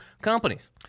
companies